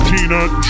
Peanut